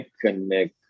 Connect